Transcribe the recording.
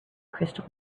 crystal